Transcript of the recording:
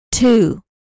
Two